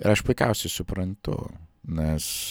ir aš puikiausiai suprantu nes